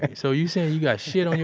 and so you saying yeah shit on your